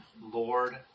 Lord